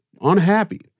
unhappy